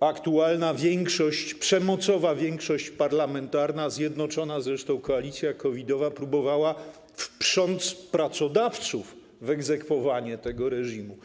aktualna większość, przemocowa większość parlamentarna, zjednoczona koalicja COVID-owa, próbowała wprząc pracodawców w egzekwowanie tego reżimu.